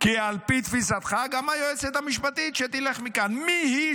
כי על פי תפיסתך, שתלך מכאן גם היועצת המשפטית.